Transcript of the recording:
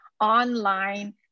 online